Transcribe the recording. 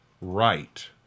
right